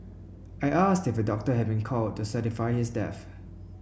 I asked if a doctor had been called to certify his death